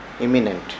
imminent